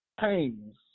pains